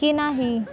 की नाही